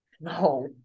No